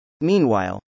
Meanwhile